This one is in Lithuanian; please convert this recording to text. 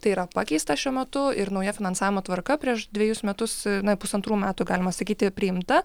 tai yra pakeista šiuo metu ir nauja finansavimo tvarka prieš dvejus metus na pusantrų metų galima sakyti priimta